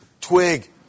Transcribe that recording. twig